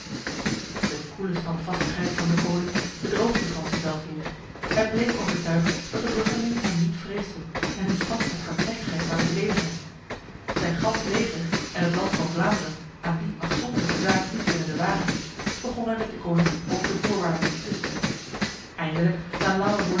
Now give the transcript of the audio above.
de koele standvastigheid van deconinck bedroog de franse veldheer hij bleef overtuigd dat de bruggelingen hem niet vreesden en hun stad met hardnekkigheid zouden verdedigen zijn gans leger en het land van vlaanderen aan die afzonderlijke zaak niet willende wagen begon hij met deconinck over de voorwaarden te twisten eindelijk na lange